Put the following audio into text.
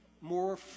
more